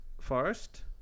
Forest